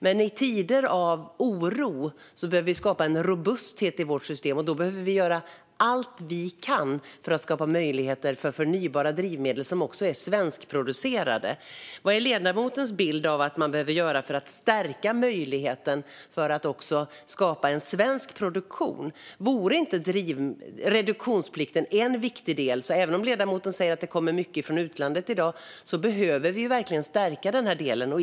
Men i tider av oro behöver vi skapa en robusthet i vårt system, och då behöver vi göra allt vi kan för att skapa möjligheter för förnybara drivmedel som också är svenskproducerade. Vad är ledamotens bild av vad man behöver göra för att stärka möjligheten att skapa en svensk produktion? Vore inte reduktionsplikten en viktig del? Även om det kommer mycket från utlandet i dag, som ledamoten säger, behöver vi verkligen stärka den här delen.